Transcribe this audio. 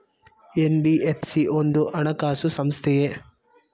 NBFC ಒಂದು ಹಣಕಾಸು ಸಂಸ್ಥೆಯೇ?